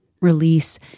Release